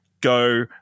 go